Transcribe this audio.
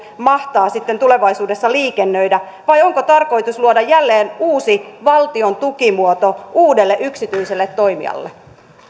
mahtaa sitten tulevaisuudessa liikennöidä vai onko tarkoitus luoda jälleen uusi valtion tukimuoto uudelle yksityiselle toimijalle